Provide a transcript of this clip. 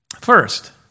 First